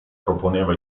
proponeva